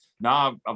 No